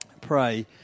pray